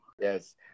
Yes